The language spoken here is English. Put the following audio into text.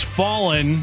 fallen